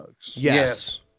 Yes